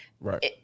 Right